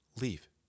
leave